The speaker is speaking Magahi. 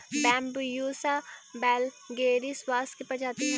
बैम्ब्यूसा वैलगेरिस बाँस के प्रजाति हइ